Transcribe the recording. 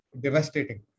devastating